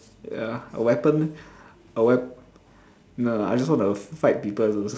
ya a weapon a wep~ no I just want to fight people